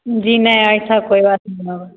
जी नहीं ऐसी कोई बात नहीं होगी